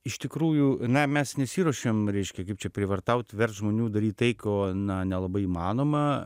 iš tikrųjų na mes nesiruošiam reiškia kaip čia prievartaut verst žmonių daryt tai ko na nelabai įmanoma